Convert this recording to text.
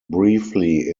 briefly